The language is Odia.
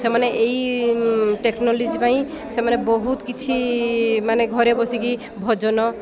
ସେମାନେ ଏଇ ଟେକ୍ନୋଲୋଜି ପାଇଁ ସେମାନେ ବହୁତ କିଛି ମାନେ ଘରେ ବସିକି ଭଜନ